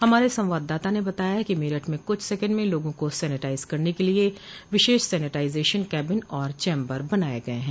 हमारे संवाददाता ने बताया है कि मेरठ में कुछ सैकण्ड में लोगो को सेनेटाइज करने के लिए विशेष सेनेटाइजेशन कैबिन और चम्बर बनाये गये हैं